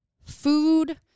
food